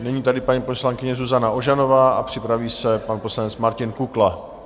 Nyní tedy paní poslankyně Zuzana Ožanová a připraví se pan poslanec Martin Kukla.